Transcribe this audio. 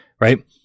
right